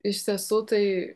iš tiesų tai